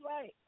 right